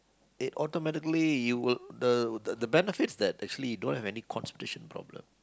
it automatically you will the the benefits that you actually don't have any constipation problem